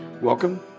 Welcome